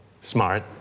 smart